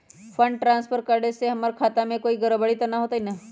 Fund transfer करे से हमर खाता में कोई गड़बड़ी त न होई न?